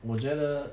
我觉得